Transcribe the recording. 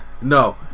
No